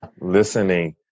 Listening